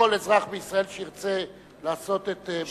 כל אזרח בישראל שירצה לעשות את ברית הזוגיות,